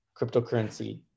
cryptocurrency